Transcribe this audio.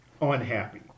unhappy